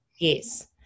yes